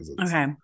Okay